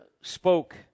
spoke